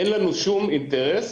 אין לנו שום אינטרס